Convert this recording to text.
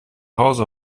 hause